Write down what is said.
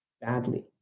badly